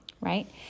Right